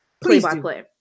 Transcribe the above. play-by-play